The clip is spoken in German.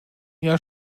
jahr